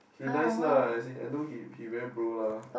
he nice lah as in I know he he very bro lah